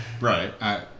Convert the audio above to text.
Right